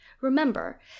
remember